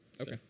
Okay